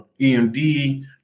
EMD